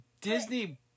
Disney